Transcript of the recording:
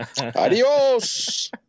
Adios